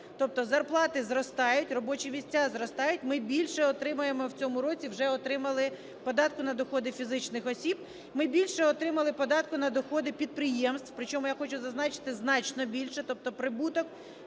Тобто зарплати зростають, робочі місця зростають, ми більше отримаємо в цьому році, вже отримали податку на доходи фізичних осіб. Ми більше отримали податку на доходи підприємств. Причому, я хочу зазначити, значно більше. Тобто прибуток